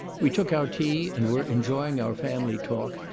we took our tea, and were enjoying our family talk,